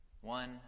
one